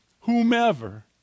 whomever